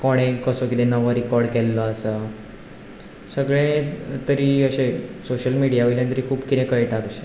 कोणें कसो कितें नवो रिकॉर्ड केल्सो आसा सगळें तरी अशें सोशियल मिडिया वयल्यान तरी खूब कितें कळटा अशें